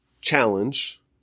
challenge